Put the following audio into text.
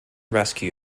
rescue